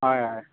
हय हय